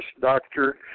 doctor